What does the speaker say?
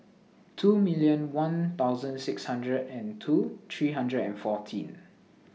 two million one thousand sixty hundred and two three hundred and fourteen